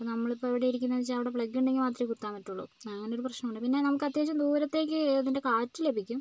ഇപ്പോൾ നമ്മളിപ്പോൾ ഇവിടെ ഇരിക്കുന്നു എന്നുവെച്ചാൽ അവിടെ പ്ലഗുണ്ടെങ്കിൽ മാത്രമെ കുത്താൻ പറ്റുകയുള്ളു അങ്ങനെ ഒരു പ്രശ്നമുണ്ട് പിന്നെ നമുക്ക് അത്യാവശ്യം ദൂരത്തേക്ക് അതിൻ്റെ കാറ്റ് ലഭിക്കും